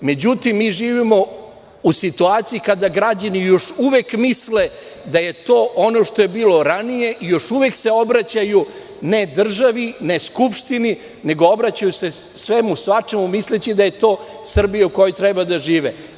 Međutim, mi živimo u situaciji kada građani još uvek misle da je to ono što je bilo ranije i još uvek se obraćaju ne državi, ne Skupštini, nego obraćaju se svemu i svačemu, misleći da je to Srbija u kojoj treba da žive.